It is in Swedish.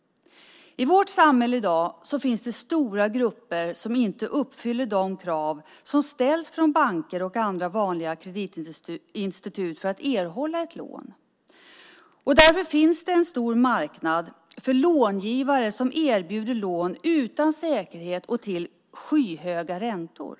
I vårt samhälle finns det i dag stora grupper som inte uppfyller de krav som ställs från banker och andra vanliga kreditinstitut för att man ska få ett lån. Därför finns det en stor marknad för långivare som erbjuder lån utan säkerhet och till skyhöga räntor.